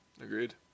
Agreed